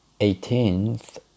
Eighteenth